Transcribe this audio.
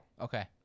Okay